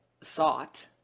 sought